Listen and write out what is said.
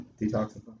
detoxify